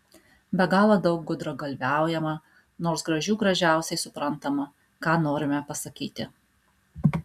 be galo daug gudragalviaujama nors gražių gražiausiai suprantama ką norime pasakyti